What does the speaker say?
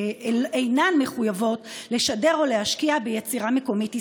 אינן מחויבות לשדר או להשקיע ביצירה מקומית ישראלית,